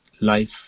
life